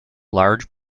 large